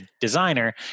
designer